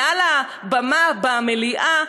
מעל הבמה במליאה,